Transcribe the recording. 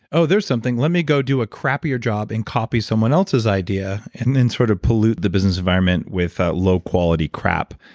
oh, there's something. let me go do a crappier job and copy someone else's idea and then sort of pollute the business environment with low quality crap.